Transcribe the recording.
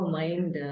mind